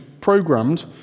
programmed